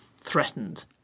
threatened